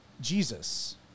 Jesus